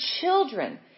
children